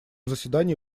заседании